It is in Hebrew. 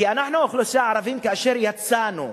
כי אנחנו, האוכלוסייה הערבית, כאשר יצאנו,